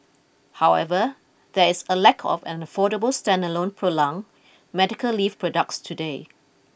however there is a lack of an affordable standalone prolong medical leave products today